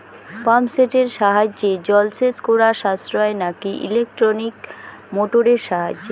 Pump সেটের সাহায্যে জলসেচ করা সাশ্রয় নাকি ইলেকট্রনিক মোটরের সাহায্যে?